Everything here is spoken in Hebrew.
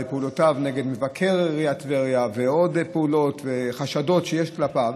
ובפעולותיו נגד מבקר עיריית טבריה ועוד פעולות וחשדות שיש כלפיו.